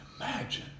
Imagine